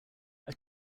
are